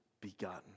begotten